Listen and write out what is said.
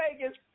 Vegas